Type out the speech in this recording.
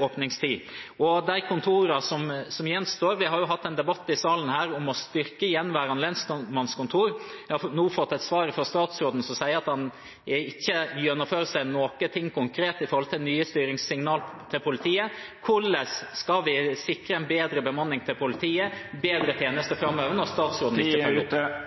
åpningstid. Og når det gjelder de kontorene som gjenstår – vi har jo hatt en debatt i salen her om å styrke gjenværende lensmannskontor – har jeg nå fått et svar fra statsråden, som sier at han ikke gjennomfører noe konkret med tanke på nye styringssignal til politiet. Hvordan skal vi sikre bedre bemanning til politiet, bedre tjenester framover, når statsråden